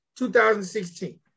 2016